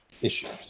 issues